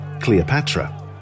Cleopatra